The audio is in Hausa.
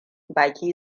baki